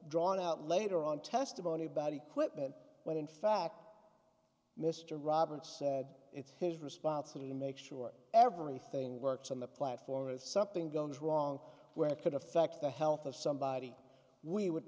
drawn out later on testimony about equipment when in fact mr roberts said it's his responsibility make sure everything works on the platform if something goes wrong where it could affect the health of somebody we would